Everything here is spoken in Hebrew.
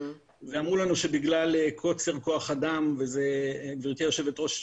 אמרו לנו שבגלל חוסר בכוח אדם גברתי היושבת-ראש,